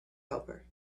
helper